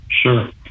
Sure